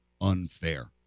unfair